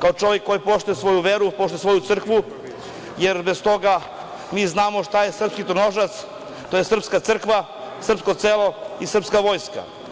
kao čovek koji poštuje svoju veru, poštuje svoju crkvu, jer bez toga, mi znamo šta je srpski tronožac, to je srpska crkva, srpsko selo i srpska vojska.